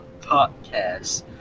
podcast